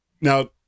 now